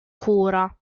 cura